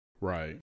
Right